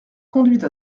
conduite